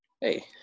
Hey